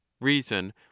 reason